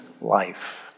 life